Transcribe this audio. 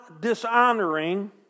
dishonoring